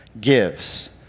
gives